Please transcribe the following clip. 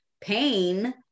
pain